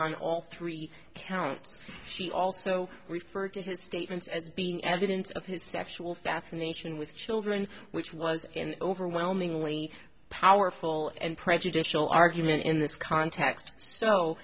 on all three counts she also referred to his statements as being evidence of his sexual fascination with children which was an overwhelmingly powerful and prejudicial argument in this context so